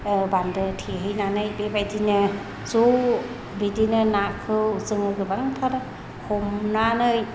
बान्दो थेहैनानै बेबायदिनो ज' बिदिनो नाखौ जोङो गोबांथार हमनानै